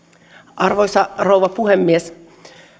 arvoisa rouva puhemies